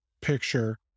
picture